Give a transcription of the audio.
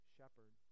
Shepherd